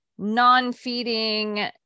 non-feeding